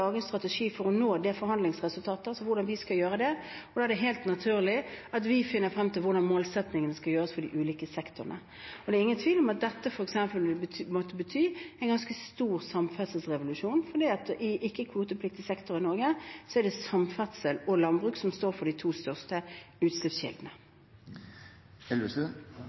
strategi for å følge opp det forhandlingsresultatet, altså hvordan vi skal gjøre det, og da er det helt naturlig at vi finner frem til hvordan målsettingene skal nås for de ulike sektorene. Og det er ingen tvil om at dette f.eks. vil måtte bety en ganske stor samferdselsrevolusjon, for i ikke-kvotepliktig sektor i Norge er det samferdsel og landbruk som er de to største